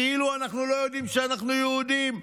כאילו אנחנו לא יודעים שאנחנו יהודים,